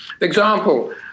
Example